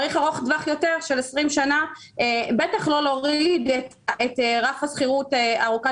צריך ארוך טווח יותר של 20 שנה בין כך לא להוריד את רף השכירות ארוכת